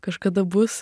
kažkada bus